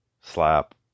slap